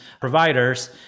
providers